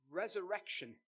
resurrection